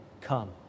come